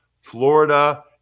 Florida